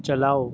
چلاؤ